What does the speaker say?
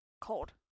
cold